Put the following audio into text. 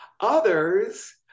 Others